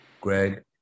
Greg